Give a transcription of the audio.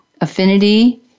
Affinity